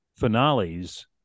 finales